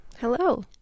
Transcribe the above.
Hello